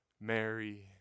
Mary